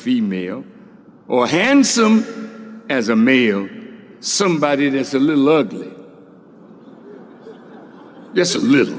female or handsome as a male somebody that is a little ugly yes a little